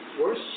worse